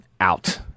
out